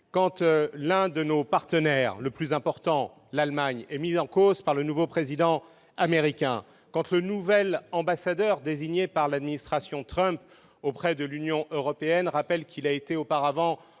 quand l'un de ses membres les plus importants, à savoir l'Allemagne, est mis en cause par le nouveau président américain. Quand le nouvel ambassadeur désigné par l'administration Trump auprès de l'Union rappelle qu'il a été auparavant